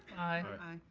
i.